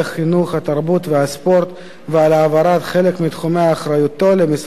התרבות והספורט ועל העברת חלק מתחומי אחריותו למשרד המדע,